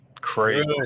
Crazy